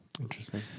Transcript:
Interesting